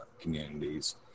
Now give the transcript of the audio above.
communities